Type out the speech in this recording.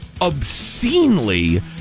obscenely